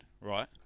right